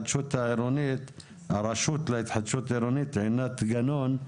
לעבור לרשות להתחדשות עירונית, עינת גנון.